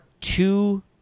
two